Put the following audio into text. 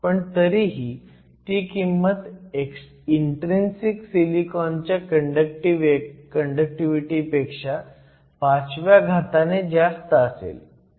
पण तरीही ती किंमत इन्ट्रीन्सिक सिलिकॉनच्या कंडक्टिव्हिटी पेक्षा 5व्या घाताने जास्त असेल